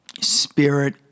spirit